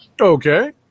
Okay